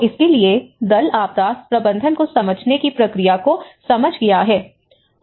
तो इसके लिए दल आपदा प्रबंधन को समझने की प्रक्रिया को समझ गया है